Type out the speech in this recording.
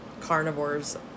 carnivores